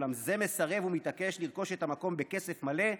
אולם זה מסרב ומתעקש לרכוש את המקום בכסף מלא,